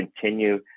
continue